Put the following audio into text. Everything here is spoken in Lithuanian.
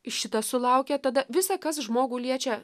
šitas sulaukė tada visa kas žmogų liečia